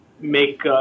make